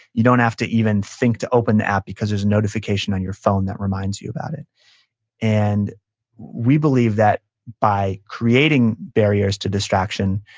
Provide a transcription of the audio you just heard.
you don't have to even think to open the app, because there's a notification on your phone that reminds you about it and we believe that by creating barriers to distraction,